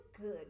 good